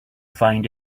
find